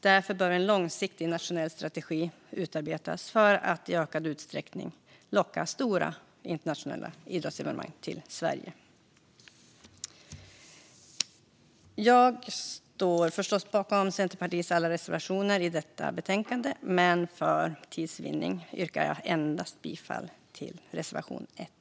Därför bör en långsiktig nationell strategi utarbetas för att i ökad utsträckning locka stora internationella idrottsevenemang till Sverige. Jag står förstås bakom Centerpartiets alla reservationer i betänkandet, men för tids vinnande yrkar jag bifall endast till reservation 1.